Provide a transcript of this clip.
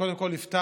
קודם כול אפתח,